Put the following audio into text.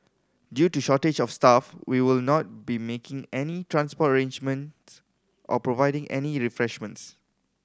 due to shortage of staff we will not be making any transport arrangement or providing any refreshments